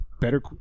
better